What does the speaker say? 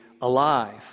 alive